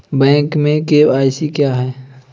Bank में KYC क्या है?